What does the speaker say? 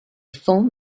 film